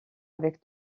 avec